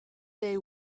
they